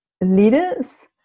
leaders